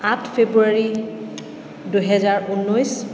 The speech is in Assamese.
আঠ ফেব্ৰুৱাৰী দুহেজাৰ ঊনৈছ